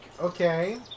okay